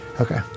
Okay